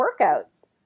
workouts